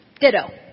Ditto